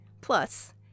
Plus